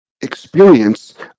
experience